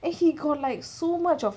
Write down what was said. and he got like so much of